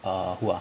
err who ah